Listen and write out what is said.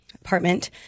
apartment